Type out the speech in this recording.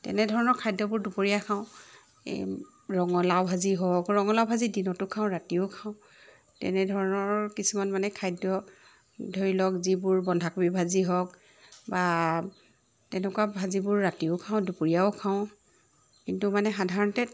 তেনেধৰণৰ খাদ্যবোৰ দুপৰীয়া খাওঁ এই ৰঙালাও ভাজি হওক ৰঙলাও ভাজি দিনটো খাওঁ ৰাতিও খাওঁ তেনেধৰণৰ কিছুমান মানে খাদ্য ধৰি লওক যিবোৰ বন্ধাকবি ভাজি হওক বা তেনেকুৱা ভাজিবোৰ ৰাতিও খাওঁ দুপৰীয়াও খাওঁ কিন্তু মানে সাধাৰণতে